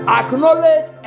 acknowledge